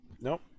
Nope